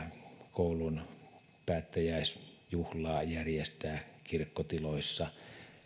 koulun päättäjäisjuhlaa järjestää kirkkotiloissa